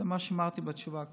זה מה שאמרתי בתשובה הקודמת.